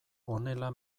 honela